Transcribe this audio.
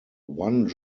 one